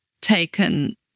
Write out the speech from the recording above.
taken